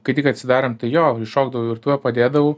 kai tik atsidarėm tai jo įšokdavau į virtuvę padėdavau